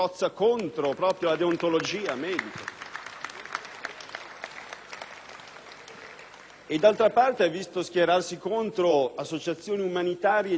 39.306 ha visto schierarsi contro anche associazioni umanitarie di ogni tendenza culturale, cattoliche e non cattoliche,